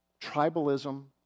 Tribalism